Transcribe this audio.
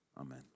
Amen